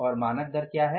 और मानक दर क्या है